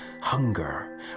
Hunger